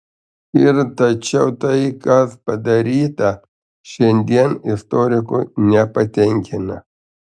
ir tačiau tai kas padaryta šiandien istoriko nepatenkina